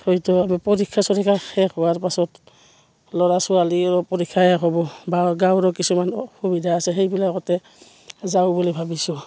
হয়তো আমি পৰীক্ষা চৰীক্ষা শেষ হোৱাৰ পাছত ল'ৰা ছোৱালীৰো পৰীক্ষা শেষ হ'ব বা গাঁৱৰো কিছুমান অসুবিধা আছে সেইবিলাকতে যাওঁ বুলি ভাবিছোঁ